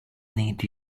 need